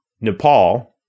Nepal